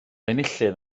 enillydd